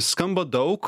skamba daug